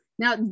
Now